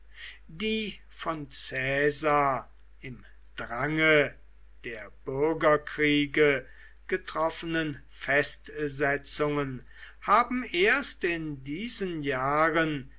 die von caesar im drange der bürgerkriege getroffenen festsetzungen haben erst in diesen jahren